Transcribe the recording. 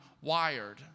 wired